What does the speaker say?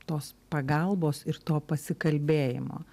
tos pagalbos ir to pasikalbėjimo